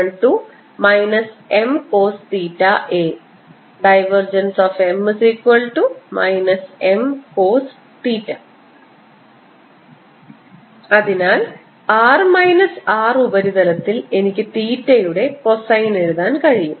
M Mcosθ അതിനാൽ r minus R ഉപരിതലത്തിൽ എനിക്ക് തീറ്റയുടെ കൊസൈൻ എഴുതാൻ കഴിയും